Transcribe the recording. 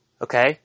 Okay